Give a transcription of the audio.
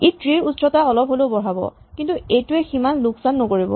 ই tree ৰ উচ্চতা অলপ হ'লেও বঢ়াব কিন্তু এইটোৱে সিমান লোকচান নকৰিব